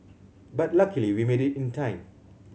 but luckily we made it in time